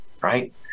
Right